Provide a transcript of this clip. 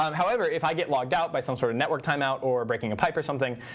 um however, if i get logged out by some sort of network time out or breaking a pipe or something,